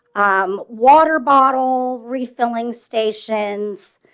um water bottle, refilling stations,